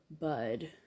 bud